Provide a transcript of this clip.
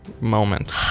moment